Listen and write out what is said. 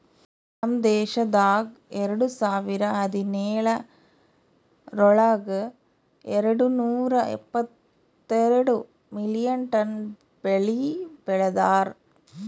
ನಮ್ ದೇಶದಾಗ್ ಎರಡು ಸಾವಿರ ಹದಿನೇಳರೊಳಗ್ ಎರಡು ನೂರಾ ಎಪ್ಪತ್ತೆರಡು ಮಿಲಿಯನ್ ಟನ್ ಬೆಳಿ ಬೆ ಳದಾರ್